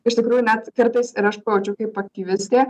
iš tikrųjų net kartais ir aš pamačiau kaip aktyvistė